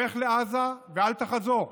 לך לעזה ואל תחזור.